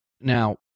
Now